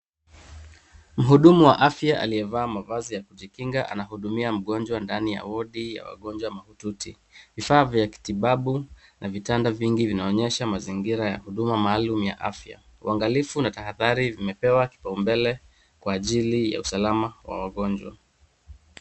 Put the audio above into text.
Mhudumu wa afya aliyevaa mavazi ya kujikinga anahudumia wagonwa ndani ya wodi ya wagonjwa mahututi. Vifaa vya kimatibabu ma vitanda vingi vinaonyesha mazingira ya huduma maalum ya afya. Uangalifu na tahadhari zimepewa kipaumbele kwa ajili ya usalama wa wagonjwa.